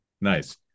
nice